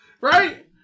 Right